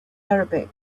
arabic